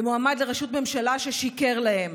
למועמד לראשות ממשלה ששיקר להם,